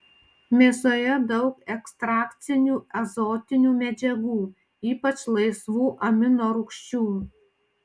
mėsoje daug ekstrakcinių azotinių medžiagų ypač laisvų aminorūgščių